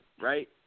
right